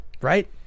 Right